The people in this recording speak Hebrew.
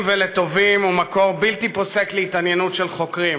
ולטובים ומקור בלתי פוסק להתעניינות של חוקרים.